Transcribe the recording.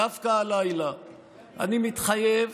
דווקא הלילה אני מתחייב